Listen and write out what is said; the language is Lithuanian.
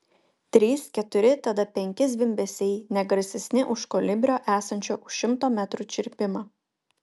trys keturi tada penki zvimbesiai ne garsesni už kolibrio esančio už šimto metrų čirpimą